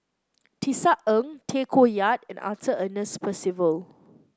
Tisa Ng Tay Koh Yat and Arthur Ernest Percival